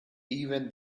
even